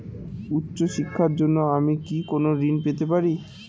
উচ্চশিক্ষার জন্য আমি কি কোনো ঋণ পেতে পারি?